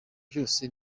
byose